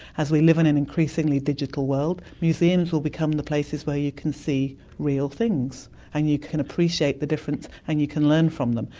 as we live in an increasingly digital world, museums will become the places where you can see real things and you can appreciate the difference and you can learn from them.